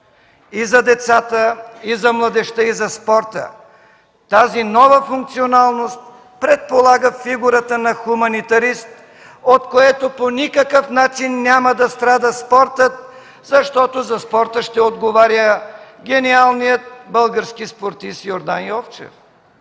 и за децата, и за младежта, и за спорта. Тази нова функционалност предполага фигурата на хуманитарист, от което по никакъв начин няма да страда спортът, защото за спорта ще отговаря гениалният български спортист Йордан Йовчев